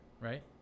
Right